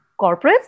corporates